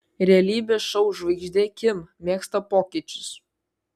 realybės šou žvaigždė kim mėgsta pokyčius